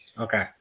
Okay